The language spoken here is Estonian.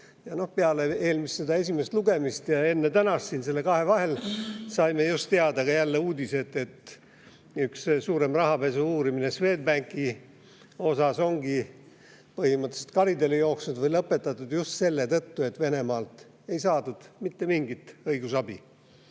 peale eelmist, esimest lugemist ja enne tänast, nende kahe vahel saime just teada jälle uudise, et üks suurem rahapesu uurimine Swedbanki asjas ongi põhimõtteliselt karile jooksnud või lõpetatud just selle tõttu, et Venemaalt ei saadud mitte mingit õigusabi,